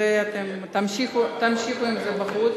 אתם תמשיכו עם זה בחוץ.